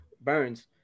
Burns